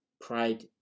pride